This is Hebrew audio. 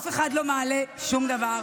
אף אחד לא מעלה שום דבר.